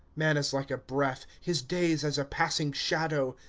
man is like a breath his days as a passing shadow.